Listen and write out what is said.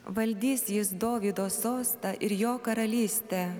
valdys jis dovydo sostą ir jo karalystę